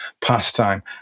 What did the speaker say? pastime